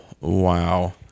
Wow